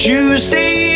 Tuesday